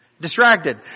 distracted